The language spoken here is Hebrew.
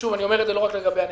ואני אומר לא רק לגבי הנמלים,